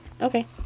Okay